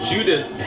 Judas